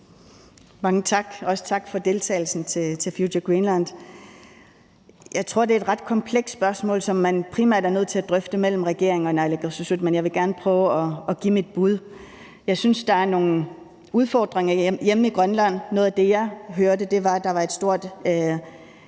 Mange tak, og også tak for deltagelsen i Future Greenland. Jeg tror, det er et ret komplekst spørgsmål, som man primært er nødt til at drøfte mellem regeringen og naalakkersuisut, men jeg vil gerne prøve at give mit bud. Jeg synes, der er nogle udfordringer hjemme i Grønland. Noget af det, jeg hørte, var, at der var et stort